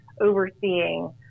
overseeing